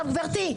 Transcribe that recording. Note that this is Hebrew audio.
גברתי,